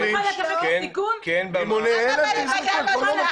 רימוני הלם תזרקו?